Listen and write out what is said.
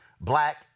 black